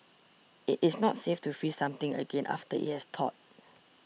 it is not safe to freeze something again after it has thawed